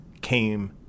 came